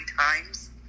times